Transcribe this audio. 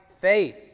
faith